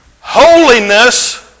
Holiness